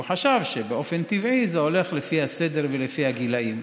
הוא חשב שבאופן טבעי זה הולך לפי הסדר ולפי הגילים.